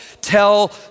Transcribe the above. tell